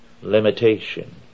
limitation